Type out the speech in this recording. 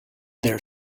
their